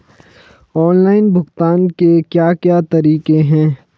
Online भुगतान के क्या क्या तरीके हैं?